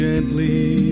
Gently